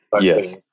yes